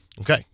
Okay